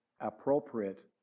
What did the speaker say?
appropriate